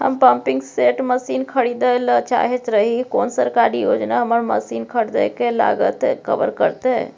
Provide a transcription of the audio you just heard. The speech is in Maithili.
हम पम्पिंग सेट मसीन खरीदैय ल चाहैत रही कोन सरकारी योजना हमर मसीन खरीदय के लागत कवर करतय?